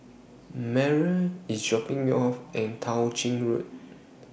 Meryl IS dropping Me off At Tao Ching Road